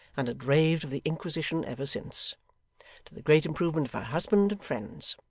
and had raved of the inquisition ever since to the great improvement of her husband and friends.